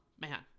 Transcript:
man